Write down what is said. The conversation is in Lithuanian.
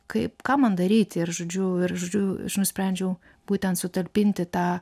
kaip ką man daryti ir žodžiu ir žodžiu nusprendžiau būtent sutalpinti tą